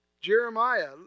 Jeremiah